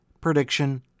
prediction